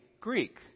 Greek